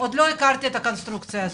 עוד לא הכרתי את הקונסטרוקציה הזאת.